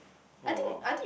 oh !wow!